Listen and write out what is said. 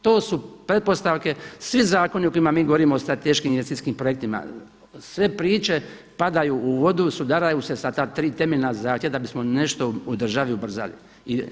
To su pretpostavke svi zakoni o kojima mi govorimo o strateškim investicijskim projektima, sve priče padaju u vodu, sudaraju se sa tri temeljna zahtjeva da bismo nešto u državi ubrzali.